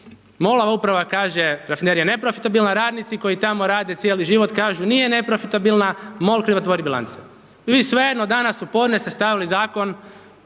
MOL-a uprava kaže rafinerija neprofitabilna, radnici koji tamo rade cijeli život kažu nije neprofitabilna, MOL krivotvori bilancu, vi svejedno danas u podne ste stavili Zakon